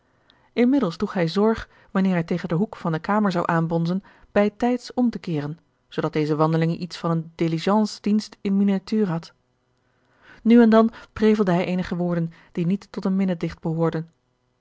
inmiddels droeg hij zorg wanneer hij tegen den hoek van de kamer zou aanbonzen bij tijds om te keeren zoodat deze wandeling iets van eene diligencedienst in miniatuur had nu en dan prevelde hij eenige woorden die niet tot een